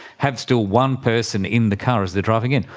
have still one person in the car as they are driving in.